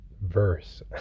verse